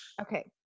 Okay